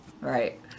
right